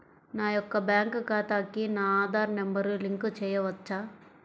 నా యొక్క బ్యాంక్ ఖాతాకి నా ఆధార్ నంబర్ లింక్ చేయవచ్చా?